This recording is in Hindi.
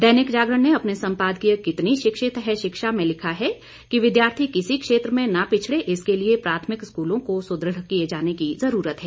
दैनिक जागरण ने अपने संपादकीय कितनी शिक्षित है शिक्षा में लिखा है कि विद्यार्थी किसी क्षेत्र में न पिछड़े इसके लिए प्राथमिक स्कूलों को सुदृढ़ किए जाने की जरूरत है